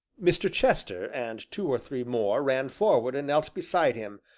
mr. chester, and two or three more, ran forward and knelt beside him,